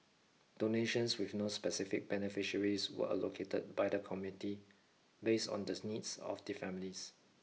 donations with no specific beneficiaries were allocated by the committee based on the needs of the families